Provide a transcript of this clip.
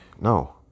No